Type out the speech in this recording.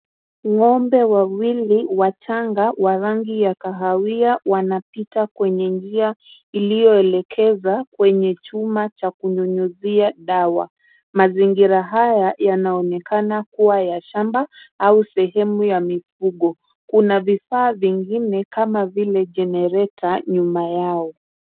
Ng'ombe wawili wachanga wa rangi ya kahawia wanapita kwenye njia iliyoelekeza kwenye chumba cha kunyunyuzia dawa. Mazingira haya yanaonekana kuwa ya shamba au sehemu ya mifugo. Kuna vifaa vingine kama vile generator nyuma yao.